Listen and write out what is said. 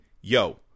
yo